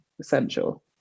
essential